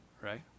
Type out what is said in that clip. Right